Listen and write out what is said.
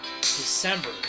December